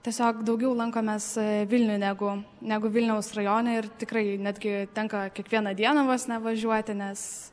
tiesiog daugiau lankomės vilniuj negu negu vilniaus rajone ir tikrai netgi tenka kiekvieną dieną vos ne važiuoti nes